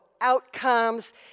outcomes